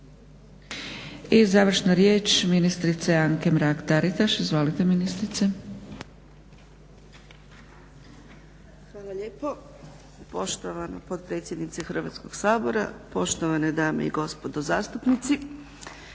I završna riječ ministrice Anke Mrak Taritaš. Izvolite ministrice. **Mrak-Taritaš, Anka (HNS)** Hvala lijepo poštovana potpredsjednice Hrvatskog sabora, poštovane dame i gospodo zastupnici.